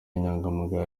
inyangamugayo